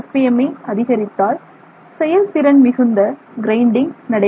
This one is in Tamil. எம் ஐ அதிகரித்தால் செயல் திறன் மிகுந்த கிரைண்டிங் நடைபெறும்